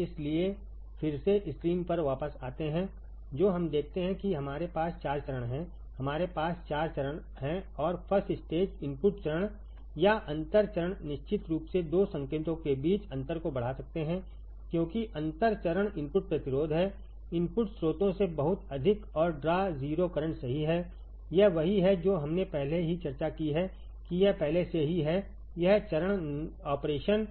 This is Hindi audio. इसलिए फिर से स्क्रीन पर वापस आते हैं जो हम देखते हैं कि हमारे पास 4 चरण हैं हमारे पास 4 चरण हैं और फर्स्ट स्टेज इनपुट चरण या अंतर चरण निश्चित रूप से 2 संकेतों के बीच अंतर को बढ़ा सकते हैं क्योंकि अंतर चरण इनपुट प्रतिरोध है इनपुट स्रोतों से बहुत अधिक और ड्रा 0 करंट सही है यह वही है जो हमने पहले ही चर्चा की हैकि यहपहले से ही हैयह चरण ऑपरेशन